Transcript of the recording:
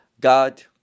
God